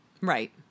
Right